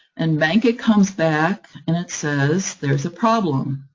and bankit comes back, and it says, there's a problem.